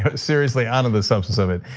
seriously, on to the substance of it.